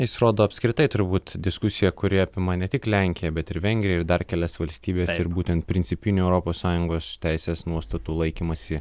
jis rodo apskritai turi būt diskusija kuri apima ne tik lenkiją bet ir vengriją ir dar kelias valstybes ir būtent principinio europos sąjungos teisės nuostatų laikymąsi